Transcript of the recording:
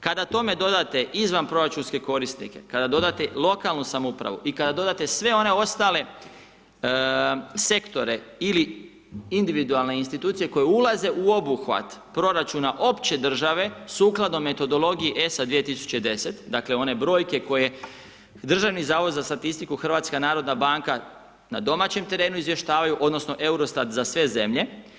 Kada tome dodate izvanproračunske korisnike, kada dodate lokalnu samoupravu i kada dodate se one ostale sektore ili individualne institucije koje ulaze u obuhvat proračuna opće države sukladno metodologiji ESA 2010., dakle one brojke koje Državni zavod za statistiku, Hrvatska Nnarodna banka na domaćem terenu izvještavaju odnosno Eurostat za sve zemlje.